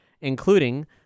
including